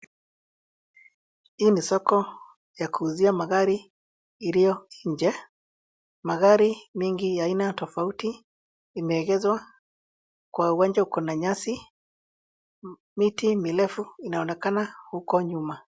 Hii ni soko ya kuuzia magari iliyo nje. Magari mengi ya aina tofauti imeegezwa kwa uwanja ukona nyasi, miti mirefu inaonekena huko nyuma.